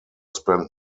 spent